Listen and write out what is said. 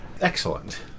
Excellent